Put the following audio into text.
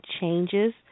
changes